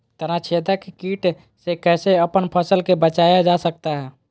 तनाछेदक किट से कैसे अपन फसल के बचाया जा सकता हैं?